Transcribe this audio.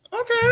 Okay